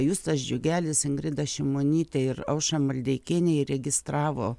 justas džiugelis ingrida šimonytė ir aušra maldeikienė įregistravo